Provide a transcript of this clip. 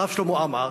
הרב שלמה עמאר,